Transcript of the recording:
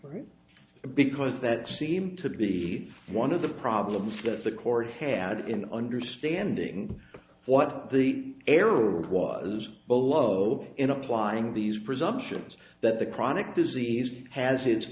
c because that seemed to be one of the problems that the corps had in understanding what the error was below but in applying these presumptions that the chronic disease has its